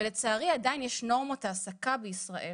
ולצערי, עדיין יש נורמות העסקה בישראל,